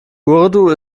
urdu